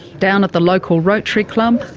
down at the local rotary club,